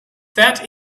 that